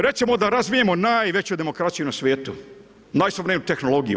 Recimo da razvijemo najveću demokraciju na svijetu, najsuvremeniju tehnologiju.